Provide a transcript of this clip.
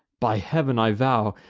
by heav'n, i vow,